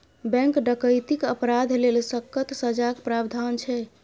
bank डकैतीक अपराध लेल सक्कत सजाक प्राबधान छै